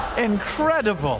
incredible.